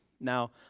Now